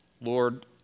Lord